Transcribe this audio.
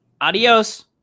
Adios